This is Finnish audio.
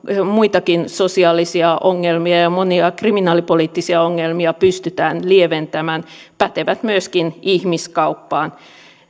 muitakin sosiaalisia ongelmia ja ja monia kriminaalipoliittisia ongelmia pystytään lieventämään pätevät myöskin ihmiskauppaan